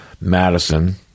Madison